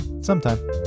sometime